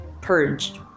purged